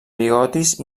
bigotis